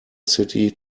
city